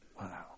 Wow